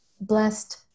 blessed